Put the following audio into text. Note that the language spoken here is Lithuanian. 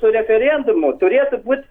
su referendumu turėtų būt